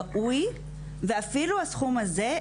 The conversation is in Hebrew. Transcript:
ראוי ואפילו הסכום הזה,